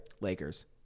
Lakers